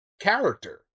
character